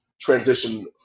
transition